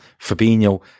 Fabinho